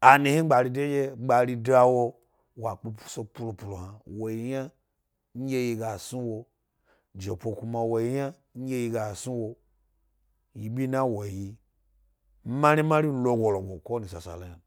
aimihin gbari de nɗye gbari dawo wa pu puso fulufulu, wo yi yna nɗye gbari yi ga sni wo. Jepo kuma wo yi yna nɗye yi ga sni wo gi bina wo yi marimari logo logo yna.